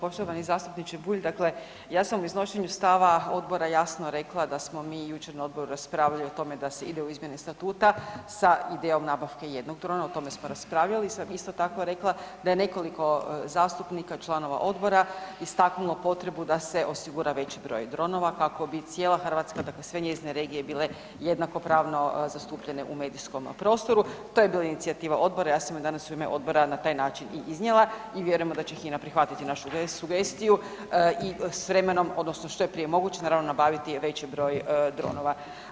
Poštovani zastupniče Bulj, dakle ja sam u iznošenju stava odbora jasno rekla da smo mi jučer na odboru raspravljali o tome da se ide u izmjene statuta sa idejom nabavke jednog drona, o tome smo raspravljali, sam isto tako rekla da je nekoliko zastupnika članova odbora istaknulo potrebu da se osigura veći broj dronova kako bi cijela Hrvatska, dakle sve njezine regije bile jednakopravno zastupljene u medijskom prostoru, to je bila inicijativa odbora, ja sam je danas u ime odbora na taj način i iznijela i vjerujemo da će HINA prihvatiti našu sugestiju i s vremenom odnosno što je prije moguće naravno nabaviti veći broj dronova.